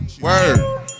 Word